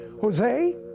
Jose